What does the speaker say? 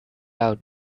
out